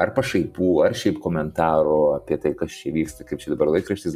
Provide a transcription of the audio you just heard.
ar pašaipų ar šiaip komentarų apie tai kas čia vyksta kaip čia dabar laikraštis